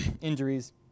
injuries